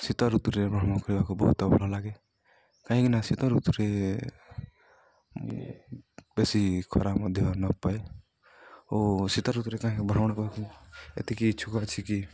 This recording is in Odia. ଶୀତ ଋତୁରେ ଭ୍ରମଣ କରିବାକୁ ବହୁତ ଭଲ ଲାଗେ କାହିଁକିନା ଶୀତ ଋତୁରେ ବେଶୀ ଖରା ମଧ୍ୟ ନ ପାଏ ଓ ଶୀତ ଋତୁରେ କାହିଁକି ଭ୍ରମଣ କରିବାକୁ ଏତିକି ଇଚ୍ଛୁକ ଅଛି କି